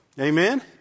Amen